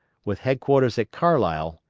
with headquarters at carlisle,